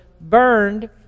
burned